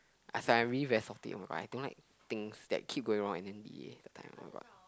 uh sorry I'm really very salty oh-my-god I don't like things that keep going round and then be the time oh-my-god